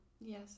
Yes